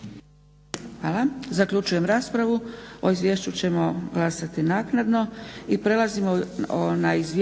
Hvala. Zaključujem raspravu. O izvješću ćemo glasati naknadno.